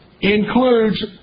includes